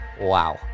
Wow